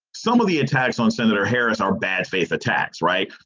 some of the attacks on senator harris are bad faith attacks, right?